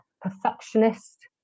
perfectionist